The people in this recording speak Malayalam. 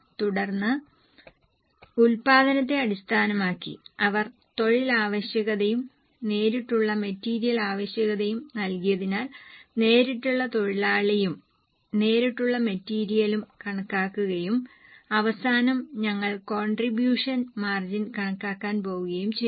തുടർന്ന് ഉൽപ്പാദനത്തെ അടിസ്ഥാനമാക്കി അവർ തൊഴിൽ ആവശ്യകതയും നേരിട്ടുള്ള മെറ്റീരിയൽ ആവശ്യകതയും നൽകിയതിനാൽ നേരിട്ടുള്ള തൊഴിലാളിയും നേരിട്ടുള്ള മെറ്റീരിയലും കണക്കാക്കുകയും അവസാനം ഞങ്ങൾ കോണ്ട്രിബൂഷൻ മാർജിൻ കണക്കാക്കാൻ പോകുകയും ചെയ്യും